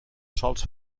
sòls